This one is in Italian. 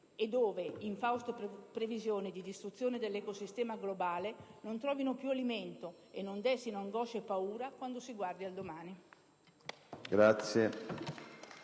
e dove infauste previsioni di distruzione dell'ecosistema globale non trovino più alimento e non destino angoscia e paura quando si guardi al domani.